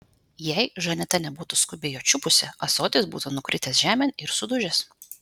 jei žaneta nebūtų skubiai jo čiupusi ąsotis būtų nukritęs žemėn ir sudužęs